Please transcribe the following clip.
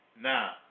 Now